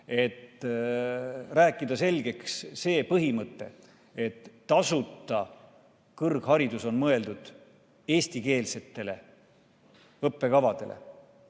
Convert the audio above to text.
et rääkida selgeks see põhimõte, et tasuta kõrgharidus on mõeldud eestikeelsetele õppekavadele.